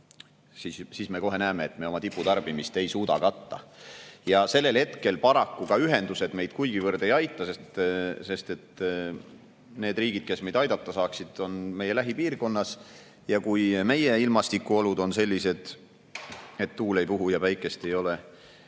siis me näeme, et me oma tiputarbimist ei suuda katta. Sellel hetkel paraku ka ühendused meid kuigivõrd ei aita, sest need riigid, kes meid aidata saaksid, on meie lähipiirkonnas, ja kui meie ilmastikuolud on sellised, et tuul ei puhu ja päikest ei ole,